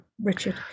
Richard